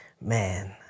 man